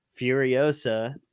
Furiosa